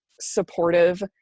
supportive